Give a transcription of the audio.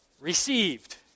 received